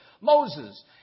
Moses